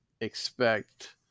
expect